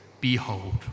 behold